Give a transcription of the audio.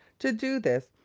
to do this,